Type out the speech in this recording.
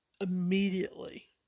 immediately